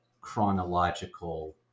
chronological